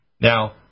Now